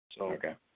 Okay